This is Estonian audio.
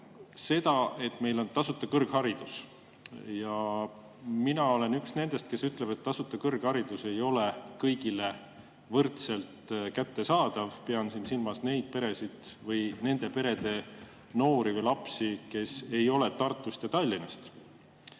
seda, et meil on tasuta kõrgharidus. Mina olen üks nendest, kes ütleb, et tasuta kõrgharidus ei ole kõigile võrdselt kättesaadav. Pean silmas neid peresid või nende perede noori ja lapsi, kes ei ole Tartust ja Tallinnast.